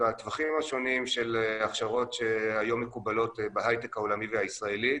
בטווחים השונים של הכשרות שהיו מקובלות בהייטק העולמי והישראלי.